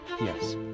yes